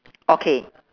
okay